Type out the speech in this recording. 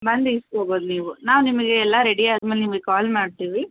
ಬಂದು ಇಸ್ಕೊಬೋದು ನೀವು ನಾವು ನಿಮಗೆ ಎಲ್ಲ ರೆಡಿ ಆದ್ಮೇಲೆ ನಿಮಿಗೆ ಕಾಲ್ ಮಾಡ್ತೀವಿ